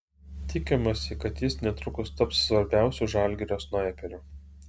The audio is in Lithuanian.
tikimasi kad jis netrukus taps svarbiausiu žalgirio snaiperiu